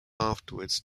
afterwards